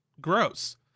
gross